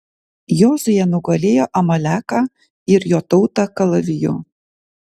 jozuė nugalėjo amaleką ir jo tautą kalaviju